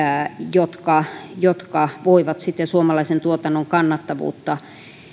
jotka jotka voivat suomalaisen tuotannon kannattavuutta